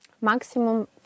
maximum